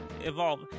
evolve